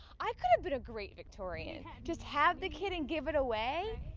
i could have been a great victorian. just have the kid and give it away.